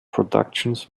productions